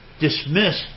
dismiss